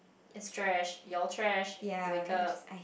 it's trash your trash wake up